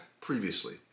previously